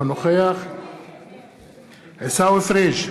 אינו נוכח עיסאווי פריג'